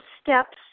steps